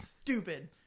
stupid